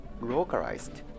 localized